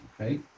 okay